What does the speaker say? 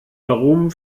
warum